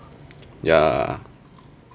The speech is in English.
ya